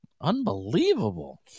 Unbelievable